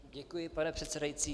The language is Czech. Děkuji, pane předsedající.